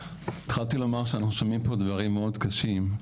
התחלתי לומר שאנחנו שומעים פה דברים מאד קשים,